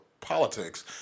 politics